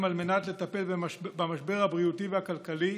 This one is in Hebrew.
על מנת לטפל במשבר הבריאותי והכלכלי